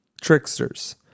tricksters